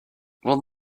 will